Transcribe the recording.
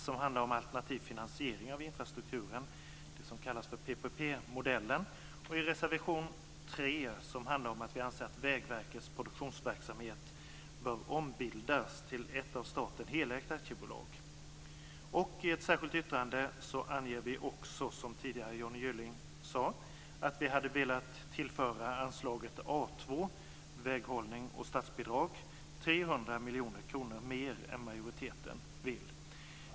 Den handlar om alternativ finansiering av infrastrukturen, det som kallas för PPP-modellen, och i reservation 3, som handlar om att vi anser att Vägverkets produktionsverksamhet bör ombildas till ett av staten helägt aktiebolag. I ett särskilt yttrande anger vi, som Johnny Gylling tidigare sade, också att vi hade velat tillföra anslaget A2, Väghållning och statsbidrag, 300 miljoner kronor mer än majoriteten vill.